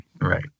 Right